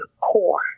core